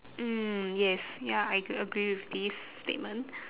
mm yes ya I ag~ agree with this statement